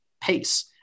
pace